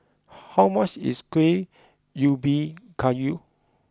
how much is Kueh Ubi Kayu